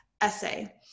essay